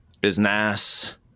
business